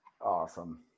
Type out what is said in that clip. Awesome